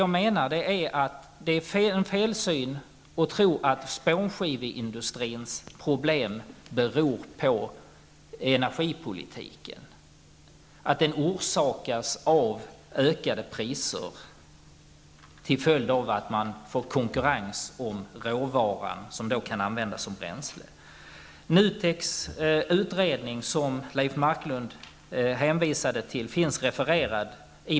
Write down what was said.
Jag menar att det är en felsyn att tro att spånskiveindustrins problem beror på energipolitiken och att de orsakas av höjda priser till följd av att man får konkurrens om den råvara som kan användas som bränsle. Leif Marklund hänvisade till NUTEKs utredning.